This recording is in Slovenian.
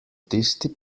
tisti